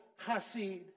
hasid